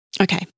Okay